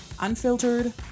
unfiltered